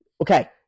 Okay